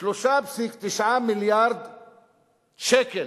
3.9 מיליארד שקל,